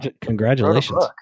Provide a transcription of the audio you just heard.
Congratulations